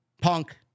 punk